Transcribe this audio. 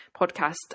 podcast